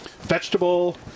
vegetable